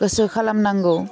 गोसो खालामनांगौ